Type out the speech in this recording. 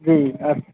जी अच्छा